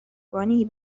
کنی